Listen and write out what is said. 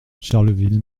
charleville